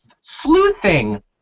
sleuthing